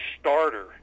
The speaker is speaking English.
starter